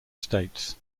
states